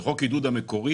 בחוק עידוד המקורי